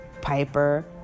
Piper